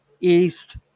east